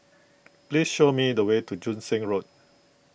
please show me the way to Joo Seng Road